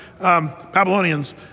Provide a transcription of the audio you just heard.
Babylonians